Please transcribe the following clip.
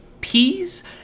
peas